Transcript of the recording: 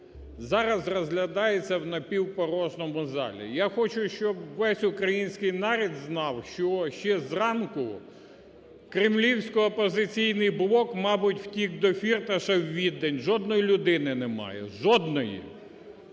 зараз розглядається в напівпорожньому залі. Я хочу, щоб весь український народ знав, що ще зранку кремлівсько-опозиційний блок, мабуть, втік до Фірташа в Відень, жодної людини немає, жодної,